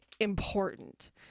important